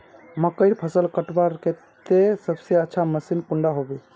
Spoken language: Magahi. मकईर फसल कटवार केते सबसे अच्छा मशीन कुंडा होबे?